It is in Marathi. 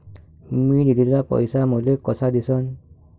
मी दिलेला पैसा मले कसा दिसन?